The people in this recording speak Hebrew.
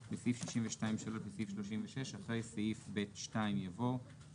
אלה לא הסתייגויות מהותיות.